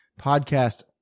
podcast